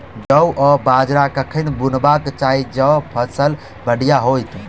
जौ आ बाजरा कखन बुनबाक चाहि जँ फसल बढ़िया होइत?